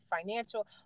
financial